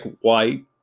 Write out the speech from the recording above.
white